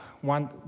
one